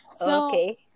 Okay